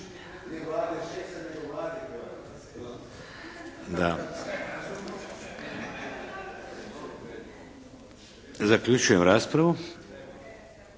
Da. Zaključujem raspravu.